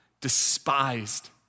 despised